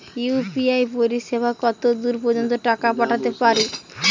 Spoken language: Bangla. ইউ.পি.আই পরিসেবা কতদূর পর্জন্ত টাকা পাঠাতে পারি?